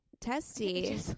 testy